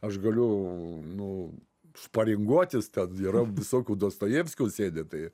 aš galiu nu sparinguotis ten yra visokių dostojevskių sėdi tai